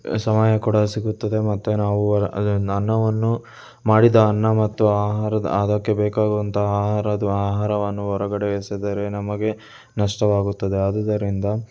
ಸಮಯ ಕೂಡ ಸಿಗುತ್ತದೆ ಮತ್ತೆ ನಾವು ಅದನ್ನ ಅನ್ನವನ್ನು ಮಾಡಿದ ಅನ್ನ ಮತ್ತು ಆಹಾರದ ಅದಕ್ಕೆ ಬೇಕಾಗುವಂತಹ ಆಹಾರದ ಆಹಾರವನ್ನು ಹೊರಗಡೆ ಎಸೆದರೆ ನಮಗೆ ನಷ್ಟವಾಗುತ್ತದೆ ಆದುದರಿಂದ